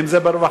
אם זה ברווחה,